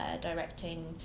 directing